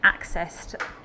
accessed